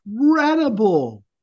incredible